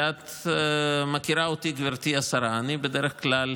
ואת מכירה אותי, גברתי השרה, אני בדרך כלל